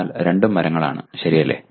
എന്നാൽ രണ്ടും മരങ്ങളാണ് ശരിയല്ലേ